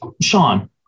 Sean